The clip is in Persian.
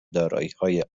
داراییهای